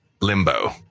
Limbo